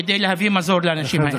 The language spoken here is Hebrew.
כדי להביא מזור לאנשים האלה.